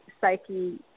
psyche